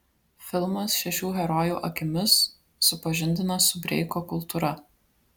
filmas šešių herojų akimis supažindina su breiko kultūra